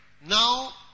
Now